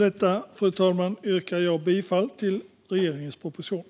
Jag yrkar bifall till utskottets förslag.